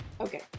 Okay